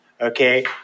okay